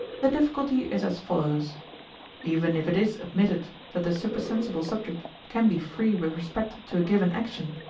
the difficulty is as follows even if it is admitted that the supersensible subject can be free with respect to a given action,